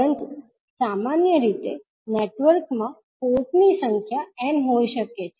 પરંતુ સામાન્ય રીતે નેટવર્કમાં પોર્ટ ની સંખ્યા n હોઈ શકે છે